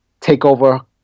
TakeOver